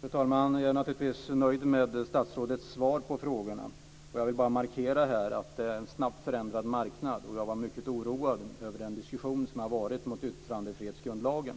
Fru talman! Jag är naturligtvis nöjd med statsrådets svar på frågorna. Jag vill bara markera här att det är en snabbt förändrad marknad, och jag var mycket oroad över den diskussion som har varit om yttrandefrihetsgrundlagen.